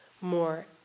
more